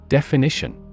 Definition